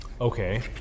okay